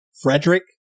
Frederick